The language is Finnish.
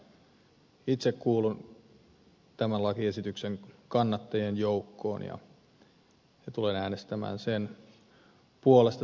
itse kuulun tämän lakiesityksen kannattajien joukkoon ja tulen äänestämään sen puolesta